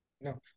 No